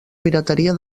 pirateria